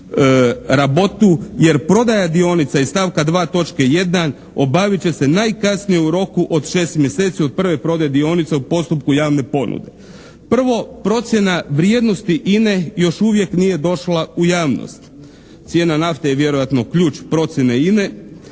jer prodaja dionica iz stavka 2. točke 1. obavit će se najkasnije u roku od 6 mjeseci od prve prodaje dionica u postupku javne ponude. Prvo procjena vrijednosti INA-e još uvijek nije došla u javnost. Cijena nafte je vjerojatno ključ procjene INA-e.